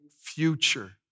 future